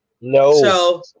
No